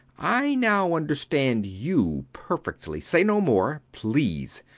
i now understand you perfectly. say no more, please.